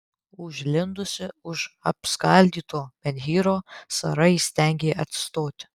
užlindusi už apskaldyto menhyro sara įstengė atsistoti